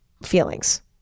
feelings